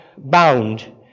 bound